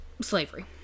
slavery